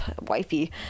wifey